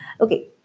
Okay